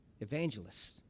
evangelists